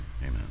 amen